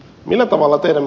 millä tavalla teidän